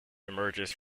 emerges